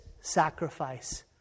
sacrifice